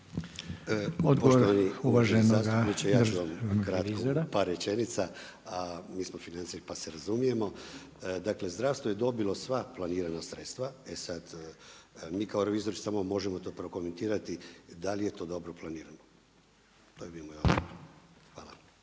Odgovor uvaženog ministra